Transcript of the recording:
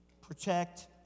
protect